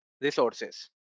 resources